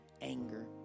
anger